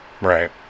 Right